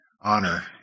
honor